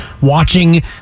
watching